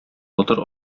батыр